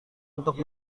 untuk